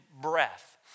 breath